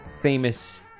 famous